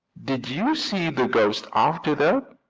did you see the ghost after that?